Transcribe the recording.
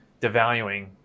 devaluing